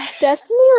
Destiny